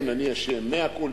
כן, אני אשם, mea culpa.